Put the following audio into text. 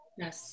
yes